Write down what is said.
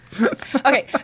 Okay